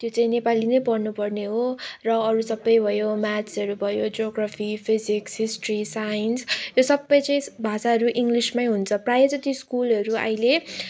त्यो चाहिँ नेपाली नै पढ्नु पर्ने हो र अरू सबै भयो म्याथहरू भयो जियोग्राफी फिजिक्स हिस्ट्री साइन्स यो सबै चाहिँ भाषाहरू इङ्ग्लिसमै हुन्छ प्रायः जति स्कुलहरू अहिले